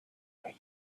what